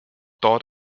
dort